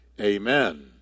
Amen